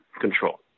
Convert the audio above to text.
control